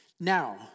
Now